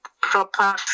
proper